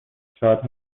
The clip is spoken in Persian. شاد